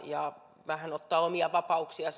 ja vähän ottavat omia vapauksia